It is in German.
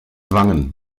wangen